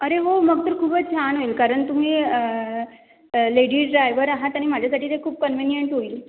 अरे हो मग तर खूपच छान होईल कारण तुम्ही लेडीज ड्रायवर आहात आणि माझ्यासाठी ते खूप कन्व्हिनीयंट होईल